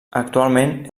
actualment